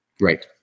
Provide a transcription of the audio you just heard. Right